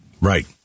right